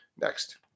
Next